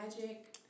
magic